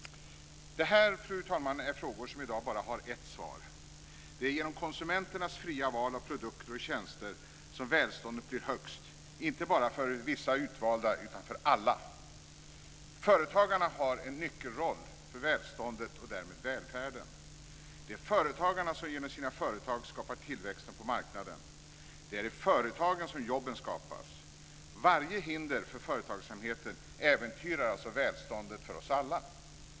Fru talman! Detta är frågor som i dag bara har ett svar. Det är genom konsumenternas fria val av produkter och tjänster som välståndet blir högst, inte bara för vissa utvalda utan för alla. Företagarna har en nyckelroll för välståndet och därmed för välfärden. Det är företagarna som genom sina företag skapar tillväxten på marknaden. Det är i företagen som jobben skapas. Varje hinder för företagsamheten äventyrar alltså välståndet för oss alla.